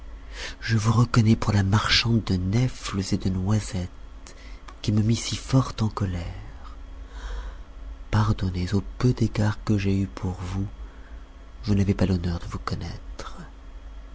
je vous reconnais pour la marchande de nèfles et de noisettes qui me mit si fort en colère pardonnez au peu d'égard que j'ai eu pour vous je n'avais pas l'honneur de vous connaître